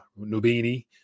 Nubini